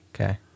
okay